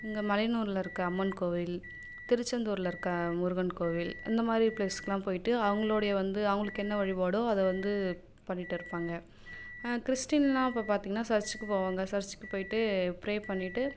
இங்கே மலையனூரில் இருக்க அம்மன் கோவில் திருச்செந்தூரில் இருக்க முருகன் கோவில் இந்த மாதிரி ப்ளேஸ்க்கெலாம் போயிட்டு அவங்களுடைய அவங்களுக்கு என்ன வழிபாடோ அதை வந்து பண்ணிகிட்டு இருப்பாங்க கிறிஸ்ட்டீன்னால் இப்போது பார்த்தீங்கன்னா சர்ச்சுக்குப் போவாங்க சர்ச்சுக்குப் போயிட்டு ப்ரே பண்ணிவிட்டு